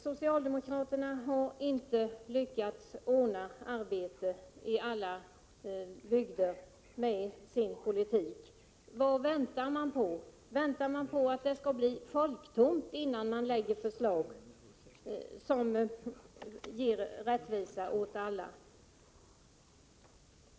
Socialdemokraterna har inte lyckats ordna arbete i alla bygder med sin politik. Vad väntar man på? Väntar man på att det skall bli folktomt, innan man lägger fram förslag som ger rättvisa åt alla?